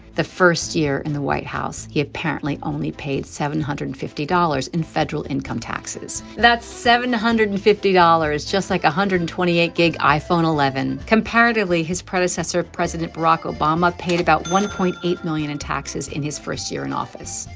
the first year in the white house he apparently only paid seven hundred and fifty dollars in federal income taxes. that's seven hundred and fifty dollars, just like one hundred and twenty eight gb iphone eleven. comparatively his predecessor president barack obama paid about one point eight million in taxes in his first year in office.